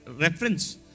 reference